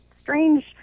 strange